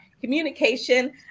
communication